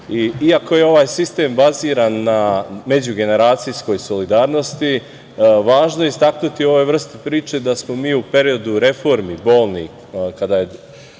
iako je ovaj sistem baziran na međugeneracijskoj solidarnosti, važno je istaći u ovoj vrsti priče da smo mi u periodu reformi bolnih,